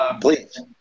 Please